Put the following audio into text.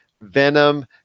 Venom